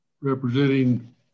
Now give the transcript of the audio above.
representing